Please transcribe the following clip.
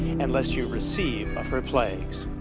and lest you receive of her plagues.